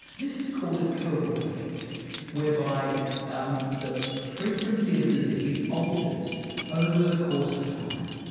this is called a cohort effect whereby um the frequency of disease alters over the course of time.